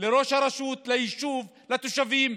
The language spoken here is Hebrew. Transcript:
לראש הרשות, ליישוב, לתושבים.